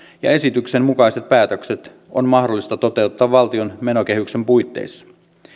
ja esityksen mukaiset päätökset on mahdollista toteuttaa valtion menokehyksen puitteissa